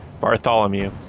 bartholomew